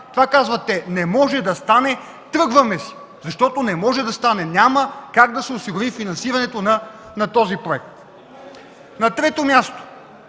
Това казват те: „Не може да стане! Тръгваме си, защото не може да стане – няма как да се осигури финансирането на този проект.” На трето място,